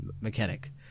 mechanic